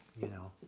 you know,